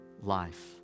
life